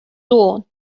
dawn